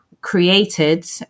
created